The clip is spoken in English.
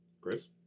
Chris